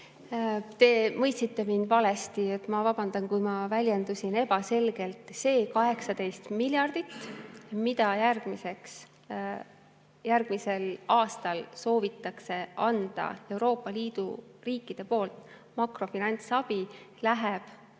Te mõistsite mind valesti. Ma vabandan, kui ma väljendusin ebaselgelt. See 18 miljardit, mida järgmisel aastal soovivad anda Euroopa Liidu riigid makrofinantsabina, läheb